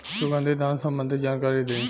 सुगंधित धान संबंधित जानकारी दी?